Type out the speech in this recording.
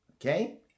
Okay